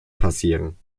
passieren